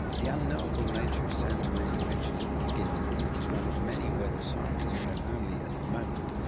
the unknowable nature of santorini mentioned at the beginning is one of many where the scientist can only, at the moment,